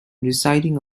reciting